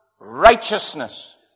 righteousness